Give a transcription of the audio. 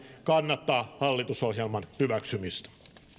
kannattaa hallitusohjelman hyväksymistä